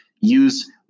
use